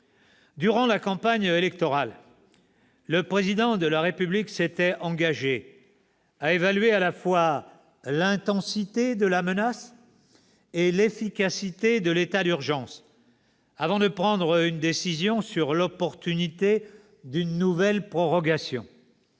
Durant la campagne électorale, le Président de la République s'était engagé à évaluer à la fois l'intensité de la menace et l'efficacité de l'état d'urgence, avant de prendre une décision sur l'opportunité d'une nouvelle prorogation.